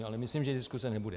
Ale myslím, že diskuse nebude.